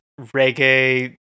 reggae